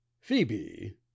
Phoebe